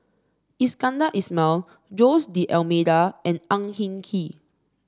Iskandar Ismail Jose D Almeida and Ang Hin Kee